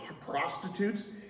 prostitutes